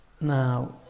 Now